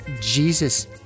Jesus